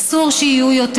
אסור שיהיו יותר.